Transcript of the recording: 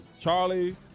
Charlie